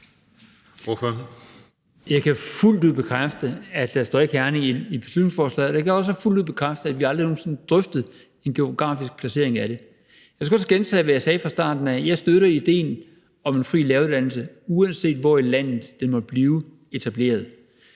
Jeg kan fuldt ud bekræfte, at der ikke står Herning i beslutningsforslaget, og jeg kan også fuldt ud bekræfte, at vi aldrig nogen sinde har drøftet en geografisk placering af det. Jeg skal også gentage, hvad jeg sagde fra starten af: Jeg støtter idéen om en fri læreruddannelse, uanset hvor i landet den måtte blive etableret.